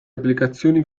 applicazioni